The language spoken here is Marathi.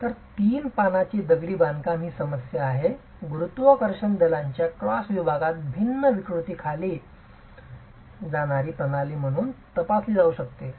तर तीन पानांची दगडी बांधकाम ही समस्या आहे ही गुरुत्वाकर्षण दलांच्या क्रॉस विभागात भिन्न विकृतीखाली आणली जाणारी प्रणाली म्हणून तपासली जाऊ शकते